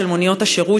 של מוניות השירות,